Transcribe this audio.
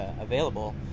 available